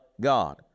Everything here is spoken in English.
God